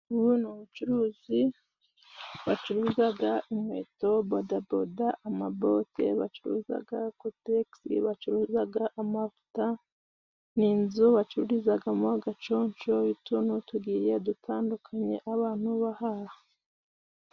Ubu ni ubucuruzi bacuruzaga :Inkweto, badaboda amabote, bacuruzaga kotegisi, bacuruzaga amavuta, n' inzu bacururizagamo agaconco utuntu tugiye dutandukanye abantu bahaha.